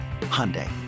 Hyundai